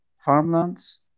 farmlands